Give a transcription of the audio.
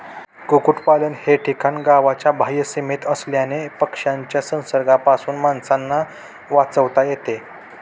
कुक्पाकुटलन हे ठिकाण गावाच्या बाह्य सीमेत असल्याने पक्ष्यांच्या संसर्गापासून माणसांना वाचवता येते